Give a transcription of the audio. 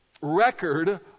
record